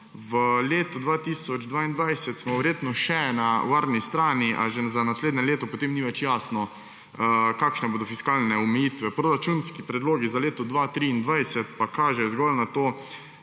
V letu 2022 smo verjetno še na varni strani, a že za leto po tem ni več jasno, kakšne bodo fiskalne omejitve. Proračunski predlogi za leto 2023 kažejo zgolj na to,